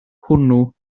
hwnnw